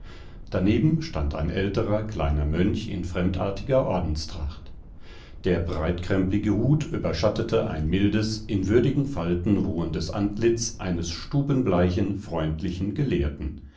daneben stand ein älterer kleiner mönch in fremdartiger ordenstracht der breitkrempige hut überschattete ein mildes in würdigen falten ruhendes antlitz eines stubenbleichen freundlichen gelehrten